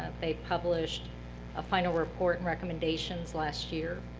they've published a final report and recommendations last year,